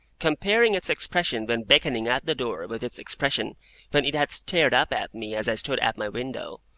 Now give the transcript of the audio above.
comparing its expression when beckoning at the door with its expression when it had stared up at me as i stood at my window,